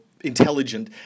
intelligent